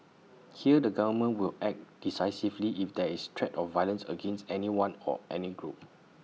here the government will act decisively if there is threat of violence against anyone or any group